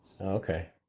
Okay